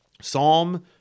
Psalm